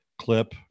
clip